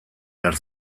behar